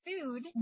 food